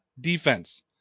defense